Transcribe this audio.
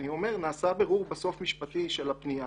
אני אומר שנעשה בירור בסוף משפטי של הפנייה,